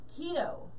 Keto